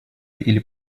или